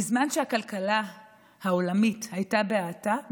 בזמן שהכלכלה העולמית הייתה בהאטה,